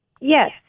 yes